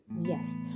Yes